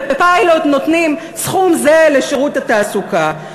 בפיילוט נותנים סכום זהה לשירות התעסוקה,